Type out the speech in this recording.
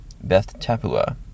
Beth-Tapua